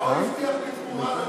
מה הוא הבטיח בתמורה לניצחון הזה?